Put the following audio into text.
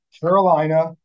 Carolina